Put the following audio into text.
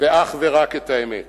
ואך ורק את האמת.